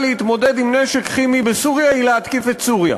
להתמודד עם נשק כימי בסוריה היא להתקיף את סוריה.